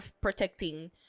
protecting